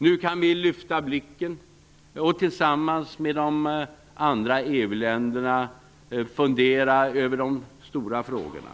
Nu kan vi lyfta blicken och tillsammans med de andra EU-länderna fundera över de stora frågorna.